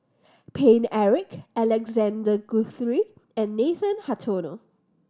Paine Eric Alexander Guthrie and Nathan Hartono